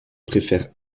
préfèrent